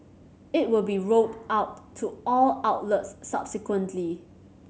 it will be rolled out to all outlets subsequently